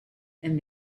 and